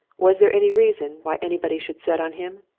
was there any reason why anybody should set on him?